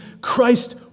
Christ